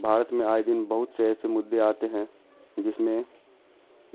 بھارت میں آئے دن بہت سے ایسے مدے آتے ہیں جس میں